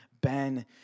Ben